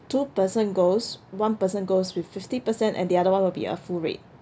two person goes one person goes with fifty percent and the other one will be a full rate